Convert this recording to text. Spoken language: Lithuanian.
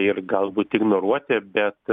ir galbūt ignoruoti bet